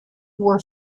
were